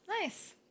Nice